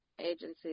agencies